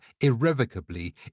irrevocably